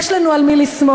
יש לנו על מי לסמוך,